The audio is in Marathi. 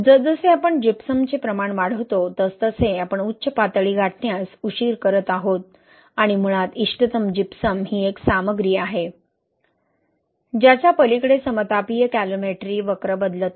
जसजसे आपण जिप्समचे प्रमाण वाढवतो तसतसे आपण उच्च पातळी गाठण्यास उशीर करत आहोत आणि मुळात इष्टतम जिप्सम ही एक सामग्री आहे ज्याच्या पलीकडे समतापीय कॅलोमेट्री वक्र बदलत नाही